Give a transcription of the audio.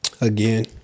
Again